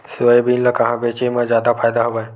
Soybean ल कहां बेचे म जादा फ़ायदा हवय?